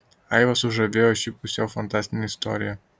aivą sužavėjo ši pusiau fantastinė istorija